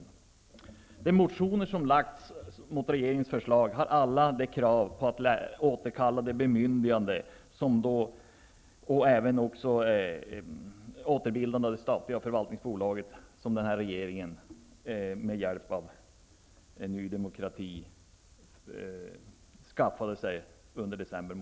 I alla de motioner som väckts med invändningar mot regeringens förslag ställs krav på återkallande av det bemyndigande som regeringen med hjälp av Ny demokrati skaffade sig under december månad och återupprättande av det statliga förvaltningsbolaget.